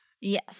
Yes